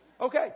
Okay